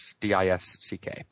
DISCK